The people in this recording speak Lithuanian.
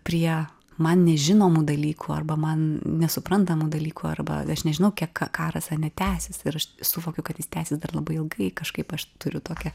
prie man nežinomų dalykų arba man nesuprantamų dalykų arba aš nežinau ka karas ane tęsiasi ir aš suvokiu kad jis tęsis dar labai ilgai kažkaip aš turiu tokią